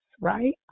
right